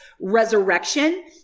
resurrection